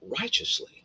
Righteously